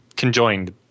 Conjoined